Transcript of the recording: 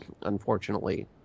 unfortunately